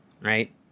right